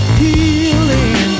healing